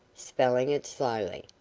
spelling it slowly.